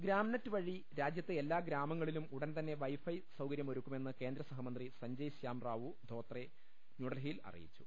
ഗ്രാംനെറ്റ് വഴി രാജ്യത്തെ എല്ലാ ഗ്രാമങ്ങളിലും ഉടൻ തന്നെ വൈ ഫൈ സൌകര്യമൊരുക്കുമെന്ന് കേന്ദ്ര സഹമന്ത്രി സഞ്ജയ് ശാംറാവു ധോത്രെ ന്യൂഡൽഹിയിൽ അറിയിച്ചു